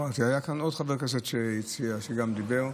היה כאן עוד חבר שהציע וגם דיבר.